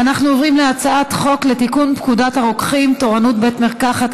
ואנחנו עוברים להצעת חוק לתיקון פקודת הרוקחים (תורנות בית מרקחת),